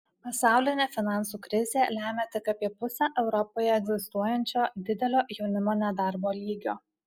pasaulinė finansų krizė lemia tik apie pusę europoje egzistuojančio didelio jaunimo nedarbo lygio